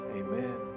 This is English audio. amen